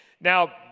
Now